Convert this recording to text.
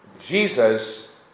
Jesus